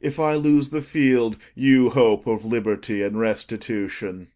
if i lose the field, you hope of liberty and restitution